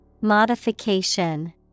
Modification